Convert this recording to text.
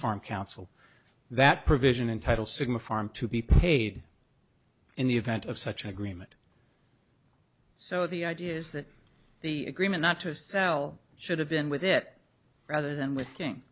farm council that provision in title sigma farm to be paid in the event of such an agreement so the idea is that the agreement not to sell should have been with it rather than with king